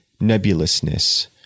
nebulousness